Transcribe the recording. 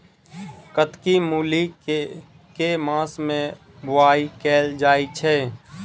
कत्की मूली केँ के मास मे बोवाई कैल जाएँ छैय?